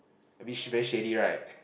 a bit very shady right